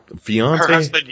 fiance